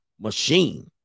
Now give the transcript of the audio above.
machine